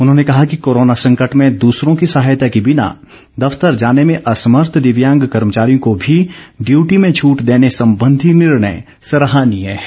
उन्होंने कहा कि कोरोना संकट में दूसरों की सहायता के बिना दफ्तर जाने में असमर्थ दिव्यांग कर्मचारियों को भी डयूटी में छूट देने संबंधी निर्णय सराहनीय है